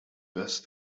best